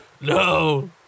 No